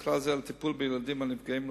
ובכלל זה על הטיפול בילדים הנפגעים,